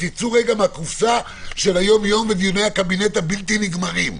תצאו רגע מהקופסה של היום-יום ודיוני הקבינט הבלתי נגמרים.